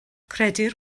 credir